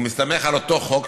הוא מסתמך על אותו חוק,